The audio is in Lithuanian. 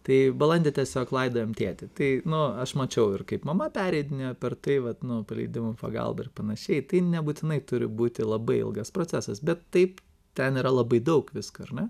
tai balandį tiesiog laidojom tėtį tai nu aš mačiau ir kaip mama pereidinėjo per tai vat nu paleidimu pagalba ir panašiai tai nebūtinai turi būti labai ilgas procesas bet taip ten yra labai daug visko ar ne